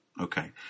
Okay